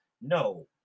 no